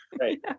Right